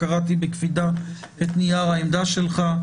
קראתי בקפידה את נייר העמדה שלך.